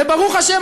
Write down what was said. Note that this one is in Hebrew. וברוך השם,